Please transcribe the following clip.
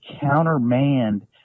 countermand